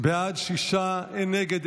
להעביר את הצעת